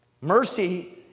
Mercy